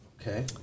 Okay